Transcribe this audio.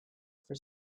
for